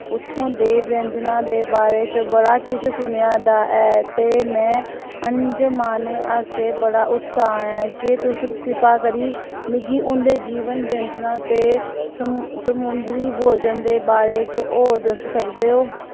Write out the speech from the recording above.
उत्थूं दे व्यंजनां दे बारे च बड़ा किश सुने दा ऐ ते में अजमाने आस्तै बड़ा उत्साह्त आं क्या तुस कृपा करियै मिगी उं'दे जीवन व्यंजनां ते समुंदरी भोजन दे बारै च होर दस्सी सकदे ओ